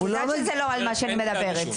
ואת יודעת שאני לא מדברת על זה.